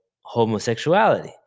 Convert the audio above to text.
homosexuality